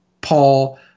Paul